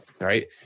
right